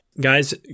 Guys